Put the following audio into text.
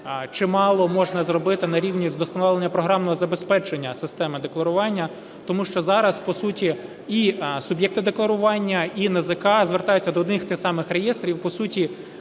чимало можна зробити на рівні вдосконалення програмного забезпечення системи декларування. Тому що зараз, по суті, і суб'єкти декларування, і НАЗК звертаються до одних і тих самих реєстрів, і, по суті,